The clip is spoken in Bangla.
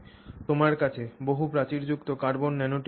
তোমার কাছে বহু প্রাচীরযুক্ত কার্বন ন্যানোটিউব রয়েছে